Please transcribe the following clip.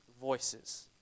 voices